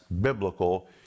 biblical